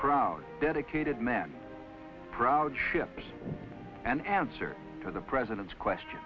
proud dedicated men proud ships and answer to the president's question